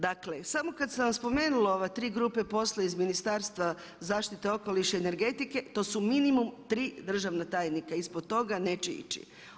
Dakle samo kad sam vam spomenula ove tri grupe posla iz Ministarstva zaštite okoliša i energetike to su minimum tri državna tajnika, ispod toga neće ići.